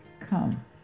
come